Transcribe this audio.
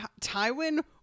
Tywin